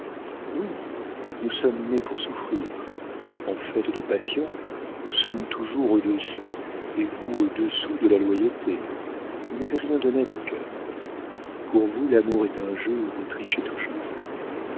oui nous sommes nées pour souffrir en fait de passion nous sommes toujours au-dessus et vous au-dessous de la loyauté vous n'avez rien d'honnête au cœur pour vous l'amour est un jeu où vous trichez toujours